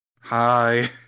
Hi